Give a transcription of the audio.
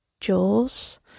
Jaws